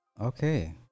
okay